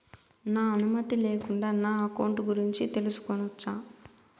నా అనుమతి లేకుండా నా అకౌంట్ గురించి తెలుసుకొనొచ్చా?